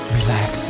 relax